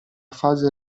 fase